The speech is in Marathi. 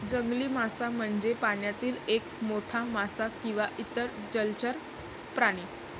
जंगली मासा म्हणजे पाण्यातील एक मोठा मासा किंवा इतर जलचर प्राणी